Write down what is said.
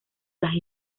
las